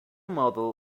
model